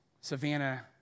Savannah